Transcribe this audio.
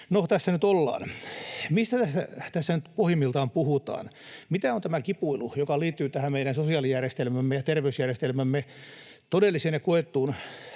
tässä nyt ollaan. Mistä tässä nyt pohjimmiltaan puhutaan? Mitä on tämä kipuilu, joka liittyy tähän meidän sosiaalijärjestelmämme ja terveysjärjestelmämme todelliseen ja koettuun